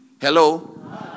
Hello